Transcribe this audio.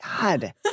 God